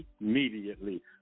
immediately